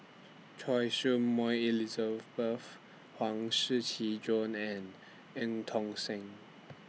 Choy Su Moi Elizabeth Huang Shiqi Joan and EU Tong Sen